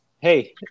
hey